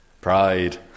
Pride